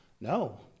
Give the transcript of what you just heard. no